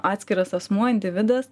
atskiras asmuo individas